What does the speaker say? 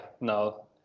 no